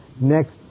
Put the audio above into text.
Next